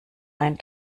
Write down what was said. einen